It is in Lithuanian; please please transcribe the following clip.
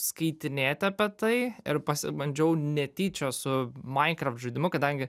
skaitinėti apie tai ir pasibandžiau netyčia su minecraft žaidimu kadangi